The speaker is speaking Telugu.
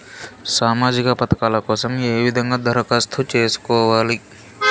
సామాజిక పథకాల కోసం ఏ విధంగా దరఖాస్తు సేసుకోవాలి